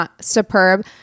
superb